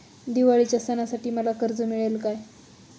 दिवाळीच्या सणासाठी मला कर्ज मिळेल काय?